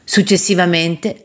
Successivamente